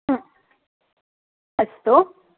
अस्तु